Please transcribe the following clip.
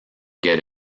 get